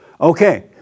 Okay